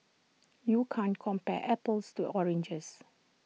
you can't compare apples to oranges